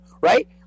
Right